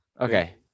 okay